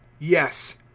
yes,